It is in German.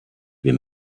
wir